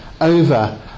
over